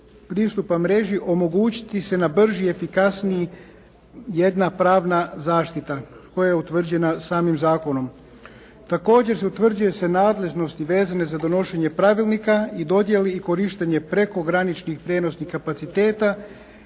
pristupa mreži omogućiti se na brži efikasniji jedna pravna zaštita koja je utvrđena samim zakonom. Također utvrđuje se nadležnost i vezanost za donošenje pravilnika i dodjeli i korištenje prekograničnih kapaciteta